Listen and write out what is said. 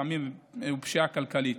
סמים ופשיעה כלכלית,